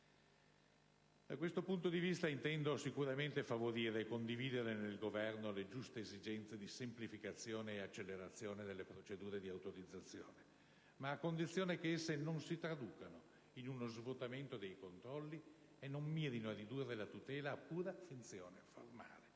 Da questo punto di vista, intendo sicuramente favorire e condividere nel Governo le giuste esigenze di semplificazione e accelerazione delle procedure di autorizzazione, ma a condizione che esse non si traducano in uno svuotamento dei controlli e non mirino a ridurre la tutela a pura finzione formale.